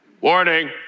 Warning